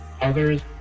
others